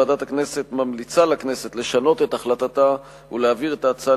ועדת הכנסת ממליצה לכנסת לשנות את החלטתה ולהעביר את ההצעה